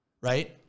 right